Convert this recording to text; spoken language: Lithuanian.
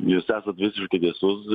jūs esat visiškai teisus